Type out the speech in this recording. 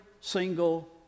single